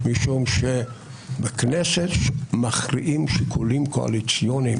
משום שבכנסת מכריעים שיקולים קואליציוניים